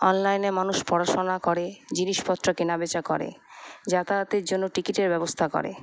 অনলাইনে মানুষ পড়াশোনা করে জিনিসপত্র কেনাবেচা করে যাতায়াতের জন্য টিকিটের ব্যবস্থা করে